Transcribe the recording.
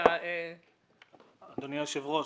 אדוני היושב-ראש,